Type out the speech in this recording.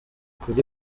kuri